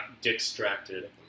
distracted